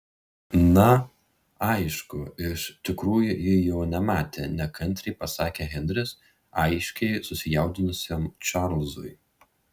na aišku iš tikrųjų ji jo nematė nekantriai pasakė henris aiškiai susijaudinusiam čarlzui